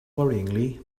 worryingly